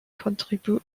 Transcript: contribution